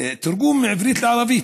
תרגום מעברית לערבית.